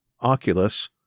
Oculus